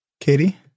Katie